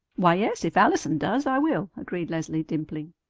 why, yes, if allison does, i will, agreed leslie, dimpling.